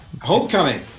homecoming